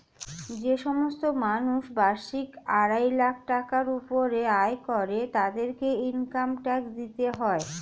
যে সমস্ত মানুষ বার্ষিক আড়াই লাখ টাকার উপরে আয় করে তাদেরকে ইনকাম ট্যাক্স দিতে হয়